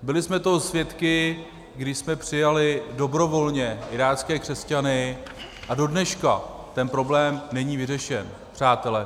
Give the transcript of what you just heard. Byli jsme toho svědky, když jsme přijali dobrovolně irácké křesťany, a dodneška problém není vyřešen, přátelé.